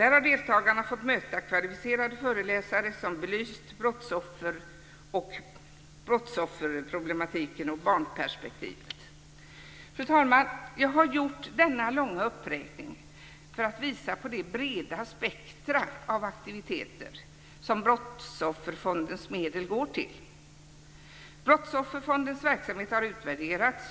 Där har deltagarna fått möta kvalificerade föreläsare som belyst brottsofferproblematiken och barnperspektivet. Fru talman! Jag har gjort denna långa uppräkning för att visa på det breda spektrum av aktiviteter som Brottsofferfondens medel går till. Brottsofferfondens verksamhet har utvärderats.